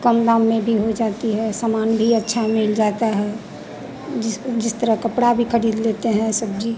कम दाम में भी हो जाती है समान भी अच्छा मिल जाता है जिस जिस तरह कपड़ा भी खरीद लेते हैं सब्जी